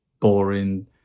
boring